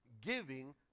giving